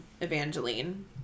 Evangeline